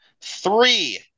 three